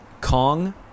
Kong